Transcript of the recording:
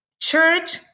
church